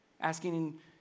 Asking